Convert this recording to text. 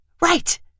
Right